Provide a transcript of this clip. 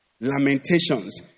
Lamentations